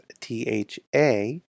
T-H-A